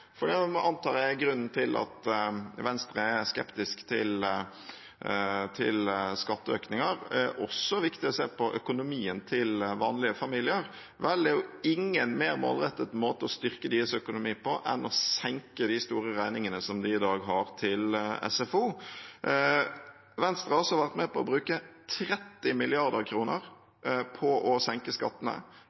grunnen til at Venstre er skeptisk til skatteøkninger, viktig å se på økonomien til vanlige familier. Vel, det er jo ingen mer målrettet måte å styrke deres økonomi på enn å senke de store regningene som de i dag har til SFO. Venstre har også vært med på å bruke 30 mrd. kr på å senke skattene,